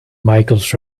michaels